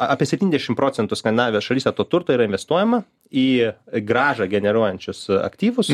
apie septyndešim procentų skandinavijos šalyse to turto yra investuojama į grąžą generuojančius aktyvus